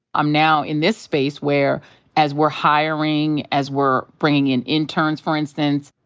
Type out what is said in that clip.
i'm now in this space, where as we're hiring, as we're bringing in interns, for instance,